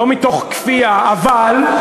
לא מתוך כפייה, אבל,